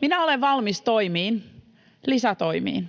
Minä olen tietenkin valmis toimiin, lisätoimiin,